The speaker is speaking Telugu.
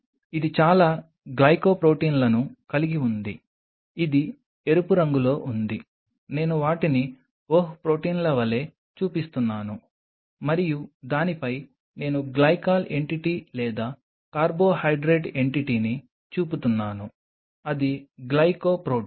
ఇది చాలా గ్లైకోప్రొటీన్లను కలిగి ఉంది ఇది ఎరుపు రంగులో ఉంది నేను వాటిని ఓహ్ ప్రోటీన్ల వలె చూపిస్తున్నాను మరియు దానిపై నేను గ్లైకాల్ ఎంటిటీ లేదా కార్బోహైడ్రేట్ ఎంటిటీని చూపుతున్నాను అది గ్లైకోప్రొటీన్